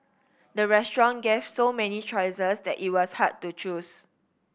the restaurant gave so many choices that it was hard to choose